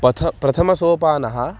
पथ प्रथमः सोपानः